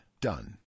Done